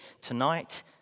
tonight